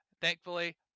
Thankfully